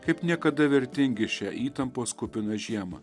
kaip niekada vertingi šią įtampos kupiną žiemą